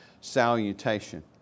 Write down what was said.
salutation